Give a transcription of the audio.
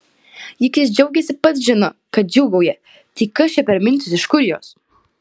juk jis džiaugiasi pats žino kad džiūgauja tai kas čia per mintys iš kur jos